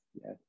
yes